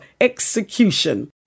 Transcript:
execution